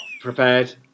prepared